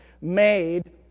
made